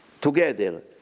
Together